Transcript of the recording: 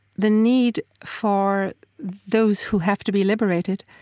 the need for those who have to be liberated